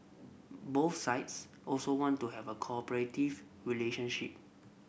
both sides also want to have a cooperative relationship